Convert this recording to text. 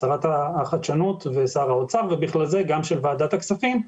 שרת החדשנות ושר האוצר ובכלל זה גם של ועדת הכספים.